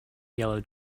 yellow